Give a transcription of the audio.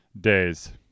days